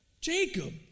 Jacob